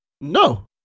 No